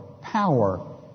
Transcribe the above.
power